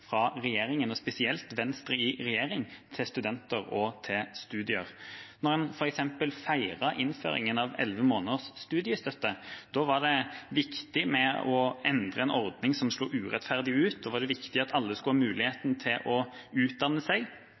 fra regjeringa, og spesielt Venstre i regjering, til studenter og til studier. Når en f.eks. feiret innføringen av elleve måneders studiestøtte, var det viktig å endre en ordning som slo urettferdig ut. Da var det viktig at alle skulle ha muligheten til å utdanne seg,